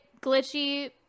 Glitchy